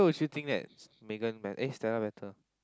still think that Megan be~ eh Stella better